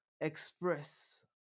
express